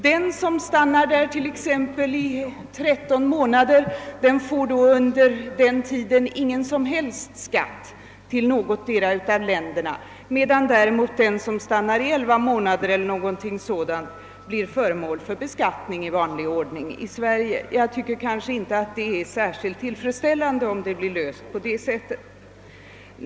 Den som stannar i USA t.ex. 13 månader behöver under den tiden inte betala någon som helst skatt vare sig till USA eller till Sverige, medan däremot den som stannar elva månader blir föremål för beskattning i vanlig ordning i Sverige. Jag tycker nog inte att det är särskilt tillfredsställande om problemet blir löst på det sättet.